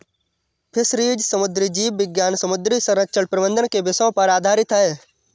fisheries समुद्री जीव विज्ञान समुद्री संरक्षण प्रबंधन के विषयों पर आधारित है